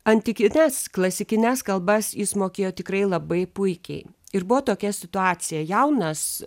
antikines klasikines kalbas jis mokėjo tikrai labai puikiai ir buvo tokia situacija jaunas